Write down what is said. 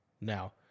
now